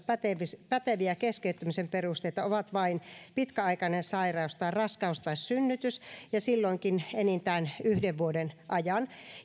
päteviä päteviä keskeyttämisen perusteita ovat vain pitkäaikainen sairaus tai raskaus tai synnytys ja silloinkin enintään yhden vuoden ajan